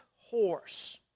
horse